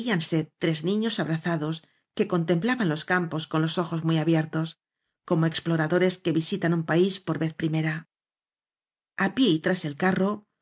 tres niños abrazados que contemplaban los campos con los ojos muy abiertos como exploradores que visitan un país por vez primera pie y tras el carro